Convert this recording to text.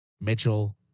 Mitchell